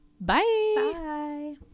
Bye